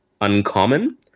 uncommon